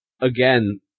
again